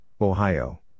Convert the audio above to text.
Ohio